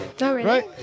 Right